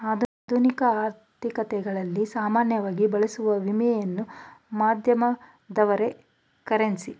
ಆಧುನಿಕ ಆರ್ಥಿಕತೆಗಳಲ್ಲಿ ಸಾಮಾನ್ಯವಾಗಿ ಬಳಸುವ ವಿನಿಮಯ ಮಾಧ್ಯಮವೆಂದ್ರೆ ಕರೆನ್ಸಿ